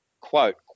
quote